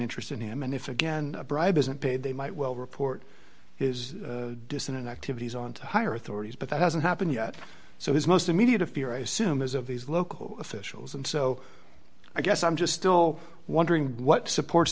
interest in him and if again a bribe isn't paid they might well report his dissonant activities on to higher authorities but that hasn't happened yet so his most immediate a fear i assume is of these local officials and so i guess i'm just still wondering what supports